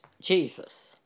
Jesus